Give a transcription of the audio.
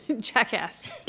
Jackass